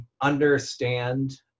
understand